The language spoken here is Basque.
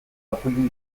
akuilu